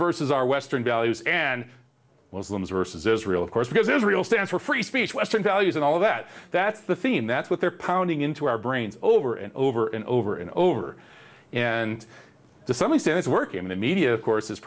versus our western values and muslims versus israel of course because israel stands for free speech western values and all of that that's the theme that's what they're pounding into our brains over and over and over and over and to some extent it's work in the media of course